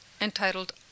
entitled